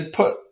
put